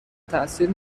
تاثیر